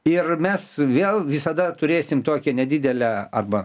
ir mes vėl visada turėsim tokią nedidelę arba